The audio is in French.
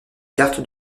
carte